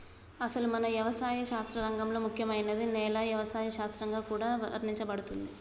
అసలు మన యవసాయ శాస్త్ర రంగంలో ముఖ్యమైనదిగా నేల యవసాయ శాస్త్రంగా కూడా వర్ణించబడుతుంది